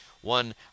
one